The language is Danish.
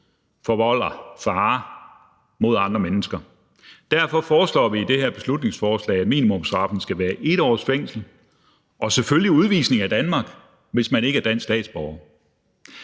forvolder fare mod andre mennesker. Derfor foreslår vi i det her beslutningsforslag, at minimumsstraffen skal være 1 års fængsel – og selvfølgelig udvisning af Danmark, hvis man ikke er dansk statsborger.